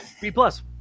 B-plus